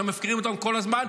אתם מפקירים אותם כל הזמן,